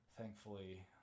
thankfully